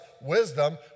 wisdom